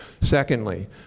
Secondly